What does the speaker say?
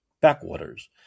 backwaters